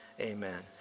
amen